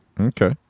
Okay